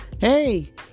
Hey